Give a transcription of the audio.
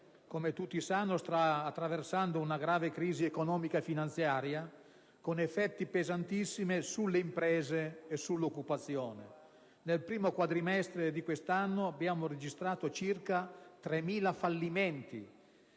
come tutti sanno, sta attraversando una grave crisi economica e finanziaria, con effetti pesantissimi sulle imprese e sull'occupazione. Nel primo quadrimestre di quest'anno abbiamo registrato circa 3.000 fallimenti